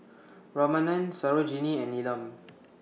Ramanand Sarojini and Neelam